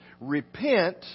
Repent